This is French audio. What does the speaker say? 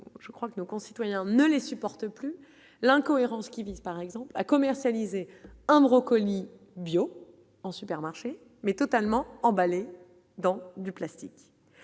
je crois que nos concitoyens ne les supporte plus l'incohérence qui visent par exemple à commercialiser un brocoli bio en supermarché, mais totalement emballés dans du plastique,